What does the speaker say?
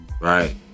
Right